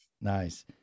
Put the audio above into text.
nice